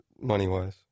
Money-wise